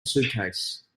suitcase